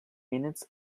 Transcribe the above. minutes